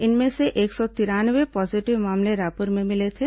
इनमें से एक सौ तिरानवे पॉजीटिव मामले रायपुर में मिले थे